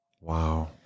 Wow